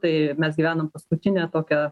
tai mes gyvenam paskutinę tokią